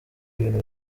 ibintu